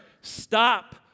Stop